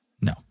No